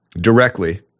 directly